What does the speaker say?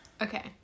Okay